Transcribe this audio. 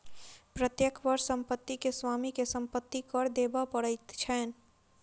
प्रत्येक वर्ष संपत्ति के स्वामी के संपत्ति कर देबअ पड़ैत छैन